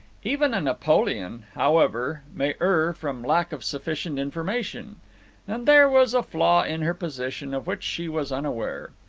even a napoleon, however, may err from lack of sufficient information and there was a flaw in her position of which she was unaware.